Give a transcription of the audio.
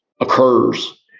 occurs